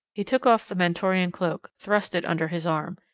he took off the mentorian cloak, thrust it under his arm.